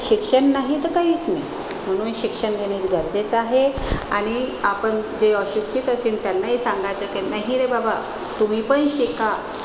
शिक्षण नाही तर काहीच नाही म्हणून शिक्षण घेणे गरजेचं आहे आणि आपण जे अशिक्षित असेन त्यांनाही सांगायचंय की नाही रे बाबा तुम्हीपण शिका